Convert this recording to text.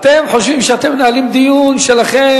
אתם חושבים שאתם מנהלים דיון שלכם,